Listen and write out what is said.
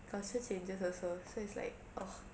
culture changes also so it's like ugh